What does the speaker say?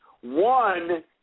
One